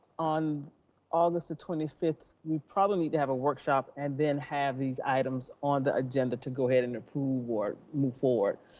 on august the twenty fifth, we probably need to have a workshop and then have these items on the agenda to go ahead and approve or move forward.